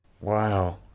Wow